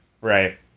right